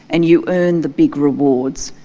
and you earn the big rewards,